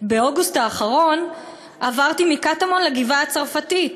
"באוגוסט האחרון עברתי מקטמון לגבעה-הצרפתית.